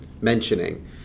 mentioning